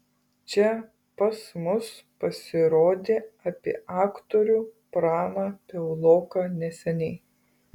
čia pas mus pasirodė apie aktorių praną piauloką neseniai